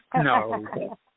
No